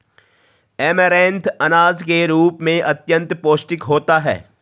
amaranth अनाज के रूप में अत्यंत पौष्टिक होता है